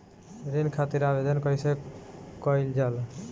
ऋण खातिर आवेदन कैसे कयील जाला?